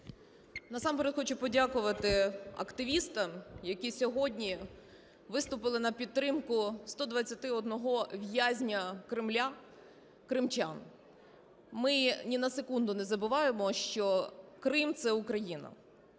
Насамперед хочу подякувати активістам, які сьогодні виступили на підтримку 121 в'язня Кремля – кримчан. Ми ні на секунду не забуваємо, що Крим – це Україна.